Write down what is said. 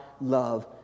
love